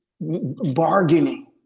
bargaining